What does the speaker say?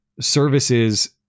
services